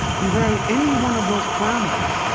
you vary any one of those parameters,